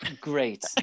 Great